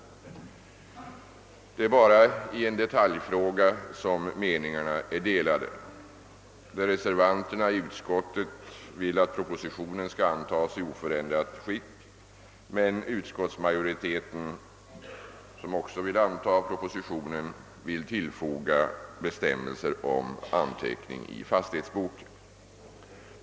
Det är bara om en detaljfråga som meningarna är de lade. Reservanterna i utskottet vill att propositionen skall antas i oförändrat skick medan utskottsmajoriteten, som också vill anta propositionen, önskar tillfoga bestämmelser om anteckning i fastighetsboken.